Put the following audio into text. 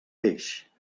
peix